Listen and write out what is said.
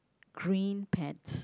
green pants